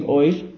oil